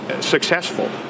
Successful